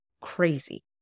crazy